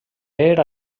era